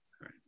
right